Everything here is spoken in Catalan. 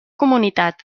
comunitat